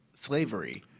slavery